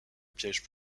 piège